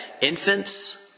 infants